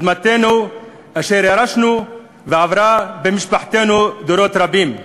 אדמתנו אשר ירשנו ועברה במשפחתנו דורות רבים.